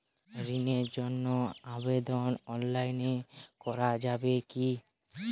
ঋণের জন্য আবেদন অনলাইনে করা যাবে কি?